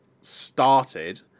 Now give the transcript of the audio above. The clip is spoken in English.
started